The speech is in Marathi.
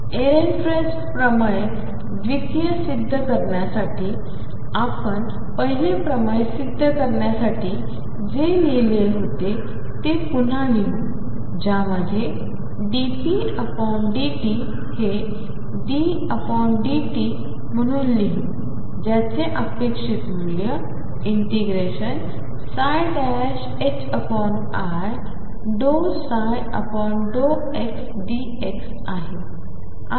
एरेनफेस्ट द्वितीय प्रमेय सिद्ध करण्यासाठी आपण पहिले प्रमेय सिद्ध करण्यासाठी जे लिहिते होते ते पुन्हा लिहू ज्यामध्ये ddt⟨p⟩ हे ddt म्हणून लिहू ज्याचे अपेक्षित मूल्य i ∂ψ∂xdx आहे